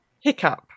hiccup